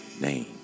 name